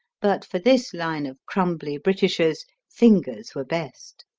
but for this line of crumbly britishers fingers were best.